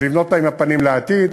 ולבנות אותה עם הפנים לעתיד.